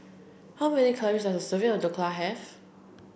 how many calories does a serving of Dhokla have